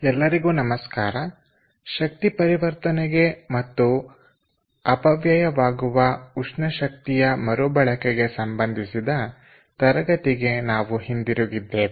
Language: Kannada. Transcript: ಎಲ್ಲರಿಗೂ ನಮಸ್ಕಾರ ಶಕ್ತಿ ಪರಿವರ್ತನೆಗೆ ಮತ್ತು ಅಪವ್ಯಯವಾಗುವ ಉಷ್ಣ ಶಕ್ತಿಯ ಮರುಬಳಕೆಗೆ ಸಂಬಂಧಿಸಿದ ತರಗತಿಗೆ ಹಿಂದಿರುಗಿದ್ದೇವೆ